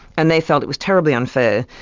and they felt it was terribly unfair,